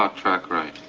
um track right.